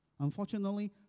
Unfortunately